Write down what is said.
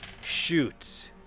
shoots